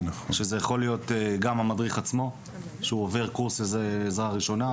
שזה יכול להיות גם המדריך עצמו שעובר קורס עזרה ראשונה,